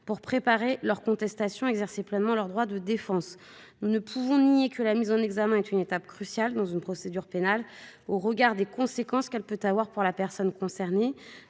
pour préparer leur contestation et exercer pleinement leur droit de défense. Nous ne pouvons pas le nier, la mise en examen est une étape cruciale dans une procédure pénale, au regard des conséquences qu'elle peut avoir sur la personne concernée.